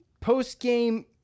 Post-game